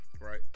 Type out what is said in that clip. Right